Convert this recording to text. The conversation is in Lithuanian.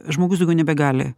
žmogus daugiau nebegali